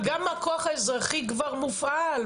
אבל גם הכוח האזרחי כבר מופעל,